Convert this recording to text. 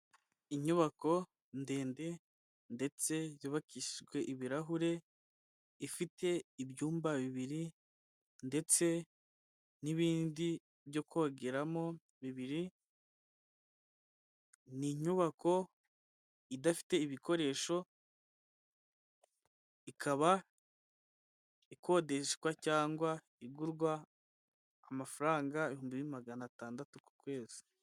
Inyubako ndende ndetse yubakijwe ibirahure ifite ibyumba bibiri ndetse n'ibindi byo kogeramo bibiri, ni inyubako idafite ibikoresho ikaba ikodeshwa cyangwa igurwa amafaranga ibihumbi magana atandatu ku kwezi.